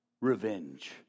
revenge